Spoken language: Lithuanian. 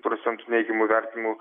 procentų neigiamų vertinimų